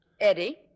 Eddie